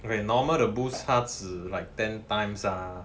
normal the boost 它只 like ten times ah